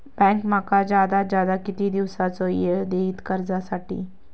Bank माका जादात जादा किती दिवसाचो येळ देयीत कर्जासाठी?